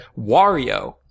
Wario